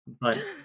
but-